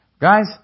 Guys